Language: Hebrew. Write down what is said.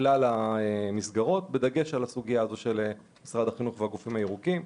כלל המסגרות בדגש על הסוגיה של משרד החינוך והגופים הירוקים.